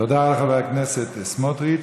תודה לחבר הכנסת סמוטריץ.